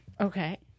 Okay